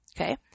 Okay